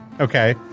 Okay